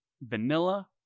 vanilla